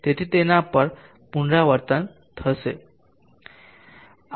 તેથી તેના પર પુનરાવર્તન થશે